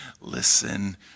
listen